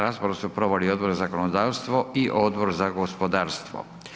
Raspravu su provodili Odbor za zakonodavstvo i Odbor za gospodarstvo.